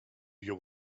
you